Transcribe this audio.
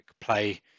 play